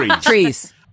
Trees